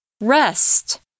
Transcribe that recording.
Rest